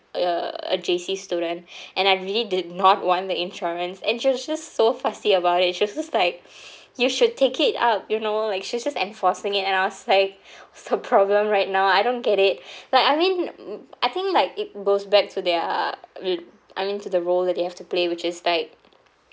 uh a J_C student and I really did not want the insurance and she was just so fussy about it she was just like you should take it up you know like she was just enforcing it and I was like what's the problem right now I don't get it like I mean m~ I think like it goes back to their r~ I mean to the role that they have to play which is like